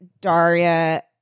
Daria